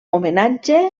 homenatge